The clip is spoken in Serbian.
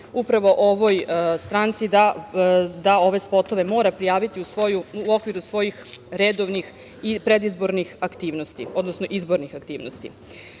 upravo ovoj stranci da ove spotove mora prijaviti u okviru svojih redovnih i predizbornih aktivnosti, odnosno izbornih aktivnosti. Pitanje